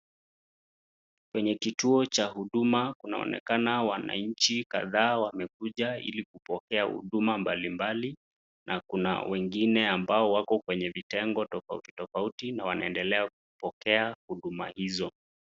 Kwenye kituo cha huduma kunaonekana wananchi kadhaa wamekuja ili kupokea huduma mbalimbali na kuna wengine ambao wako kwenye vitengo tofauti tofauti na wanaendelea kupokea huduma hizo.